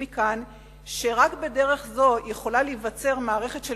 מכאן שרק בדרך זו יכולה להיווצר מערכת של